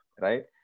right